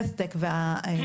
תחומי הבריאות האלף-טק והחקלאות,